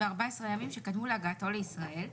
ב-14 הימים שקדמו להגעתו לישראל.